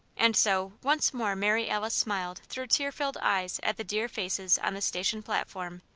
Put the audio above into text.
and so, once more mary alice smiled through tear-filled eyes at the dear faces on the station platform,